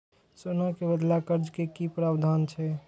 सोना के बदला कर्ज के कि प्रावधान छै?